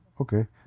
Okay